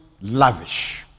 lavish